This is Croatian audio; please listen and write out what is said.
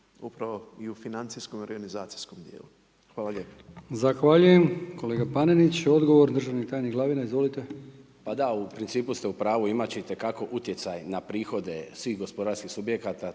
upravo i u financijskom i u organizacijskom dijelu. **Brkić, Milijan (HDZ)** Zahvaljujem kolega Panenić. Odgovor državni tajnik Glavina. Izvolite. **Glavina, Tonči** Pa da, u principu ste u pravu. Imat će itekako utjecaj na prihode svih gospodarskih subjekata.